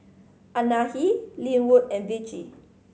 Anahi Linwood and Vicie